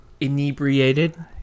inebriated